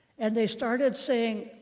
and they started saying,